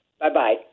Bye-bye